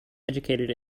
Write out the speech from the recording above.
educated